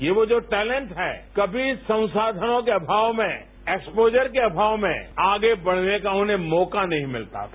ये जो टैलेन्ट है कभी संसायनों के अभावों में एक्सप्रोजर के अभावों में आगे बढ़ने का उन्हें मौका नहीं मिलता था